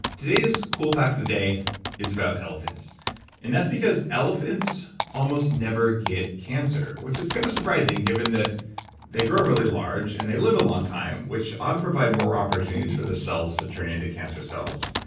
today's cool talk of the day is about elephants and that's because elephants almost never get cancer, which is kind of surprising given that they grow really large and they live a long time, which ought to provide more opportunities for the cells to turn into cancer cells.